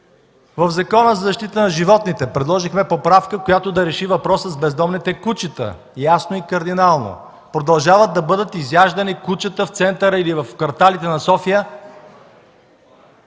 в Закона за защита на животните? Предложихме поправка, с която да се реши въпросът с бездомните кучета ясно и кардинално. Продължават да бъдат изяждани кучета в центъра или в кварталите на София